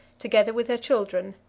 together with her children,